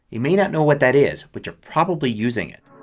you may not know what that is but you're probably using it.